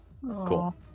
Cool